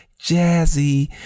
jazzy